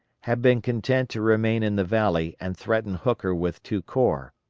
had been content to remain in the valley and threaten hooker with two corps,